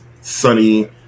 sunny